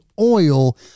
oil